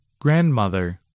Grandmother